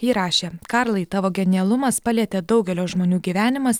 ji rašė karlai tavo genialumas palietė daugelio žmonių gyvenimas